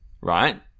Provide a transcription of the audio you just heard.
right